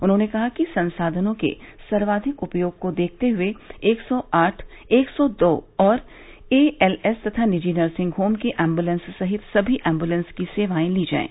उन्होंने कहा कि संसाधनों के सर्वाधिक उपयोग को देखते हुए एक सौ आठ एक सौ दो और एएलएस तथा निजी नर्सिंग होम की एम्ब्लेंस सहित सभी एम्ब्लेंस की सेवाएं ली जाये